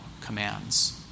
commands